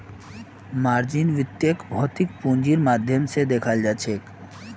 margin वित्तक भौतिक पूंजीर माध्यम स दखाल जाछेक